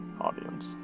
audience